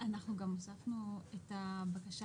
אנחנו גם הוספנו את הבקשה